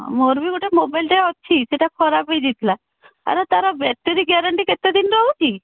ମୋର ବି ଗୋଟେ ମୋବାଇଲଟେ ଅଛି ସେଇଟା ଖରାପ ହେଇଯାଇଥିଲା ଆରେ ତା'ର ବ୍ୟାଟେରୀ ଗ୍ୟାରେଣ୍ଟି କେତେ ଦିନ ଦେଉଛି